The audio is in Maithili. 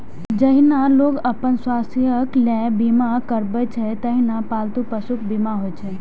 जहिना लोग अपन स्वास्थ्यक लेल बीमा करबै छै, तहिना पालतू पशुक बीमा होइ छै